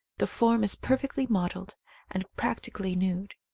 the form is perfectly modelled and practi cally nude.